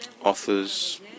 authors